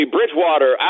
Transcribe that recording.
Bridgewater